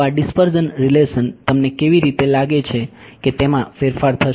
તો આ dispersion relation તમને કેવી રીતે લાગે છે કે તેમાં ફેરફાર થશે